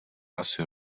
asi